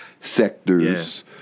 sectors